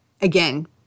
again